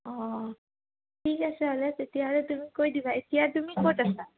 অঁ ঠিক আছে হ'লে তেতিয়াহ'লে তুমি কৈ দিবা এতিয়া তুমি ক'ত আছা